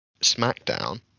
SmackDown